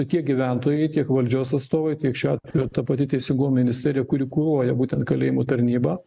tiek gyventojai tiek valdžios atstovai tiek šiuo atveju ta pati teisingumo ministerija kuri kuruoja būtent kalėjimų tarnybą